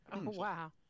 Wow